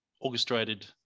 orchestrated